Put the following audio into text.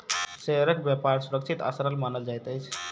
शेयरक व्यापार सुरक्षित आ सरल मानल जाइत अछि